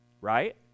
right